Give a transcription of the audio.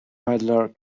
peddler